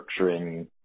structuring